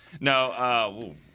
No –